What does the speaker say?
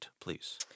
please